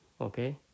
okay